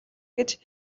гэж